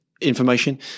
Information